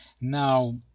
Now